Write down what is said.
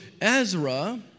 Ezra